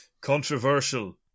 Controversial